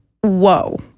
whoa